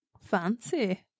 Fancy